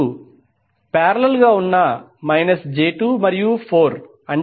8 j1